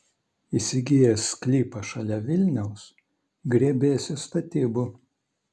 įsigijęs sklypą šalia vilniaus griebiesi statybų